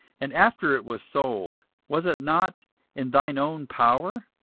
and after it was sold, was it not in thine own power?